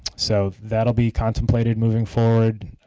so that will be contemplated moving forward.